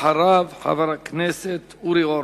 ואחריו, חבר הכנסת אורי אורבך.